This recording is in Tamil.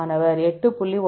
மாணவர் 8